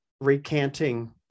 recanting